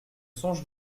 songe